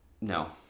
No